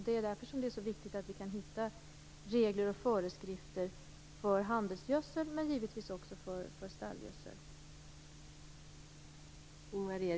Det är därför som det är så viktigt att vi kan hitta regler och föreskrifter för handelsgödsel men givetvis också för stallgödsel.